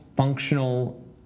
Functional